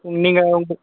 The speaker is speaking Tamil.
நீங்கள் உங்கள்